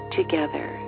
together